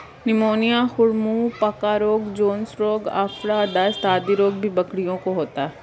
pneumonia, खुर मुँह पका रोग, जोन्स रोग, आफरा, दस्त आदि रोग भी बकरियों को होता है